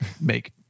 make